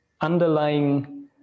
underlying